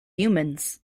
humans